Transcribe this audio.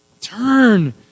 Turn